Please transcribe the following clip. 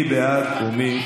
מי בעד ומי